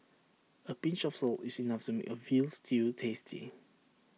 A pinch of salt is enough to make A Veal Stew tasty